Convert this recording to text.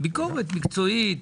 ביקורת מקצועית,